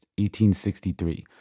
1863